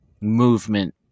movement